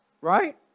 Right